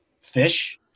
fish